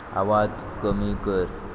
आवाज कमी कर